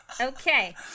okay